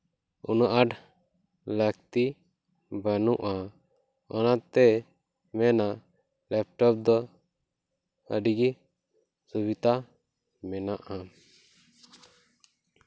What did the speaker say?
ᱩᱱᱟᱹᱜ ᱟᱸᱴ ᱞᱟᱹᱠᱛᱤ ᱵᱟᱹᱱᱩᱜᱼᱟ ᱚᱱᱟᱛᱮᱧ ᱢᱮᱱᱟ ᱞᱮᱯᱴᱚᱯ ᱫᱚ ᱟᱹᱰᱤᱜᱮ ᱥᱩᱵᱤᱫᱷᱟ ᱢᱮᱱᱟᱜᱼᱟ